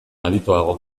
adituago